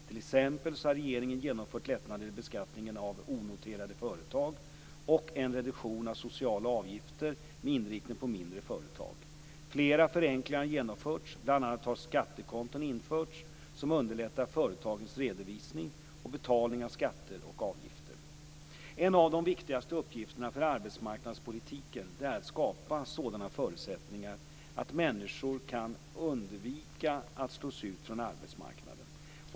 T.ex. har regeringen genomfört lättnader i beskattningen av onoterade företag och en reduktion av sociala avgifter med inriktning på mindre företag. Flera förenklingar har genomförts, bl.a. har skattekonton införts som underlättar företagens redovisning och betalning av skatter och avgifter. En av de viktigaste uppgifterna för arbetsmarknadspolitiken är att skapa sådana förutsättningar att människor kan undvika att slås ut från arbetsmarknaden.